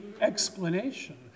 explanation